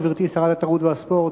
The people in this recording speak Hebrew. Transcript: גברתי שרת התרבות והספורט,